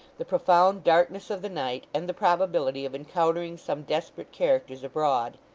the profound darkness of the night, and the probability of encountering some desperate characters abroad.